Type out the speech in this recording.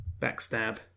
backstab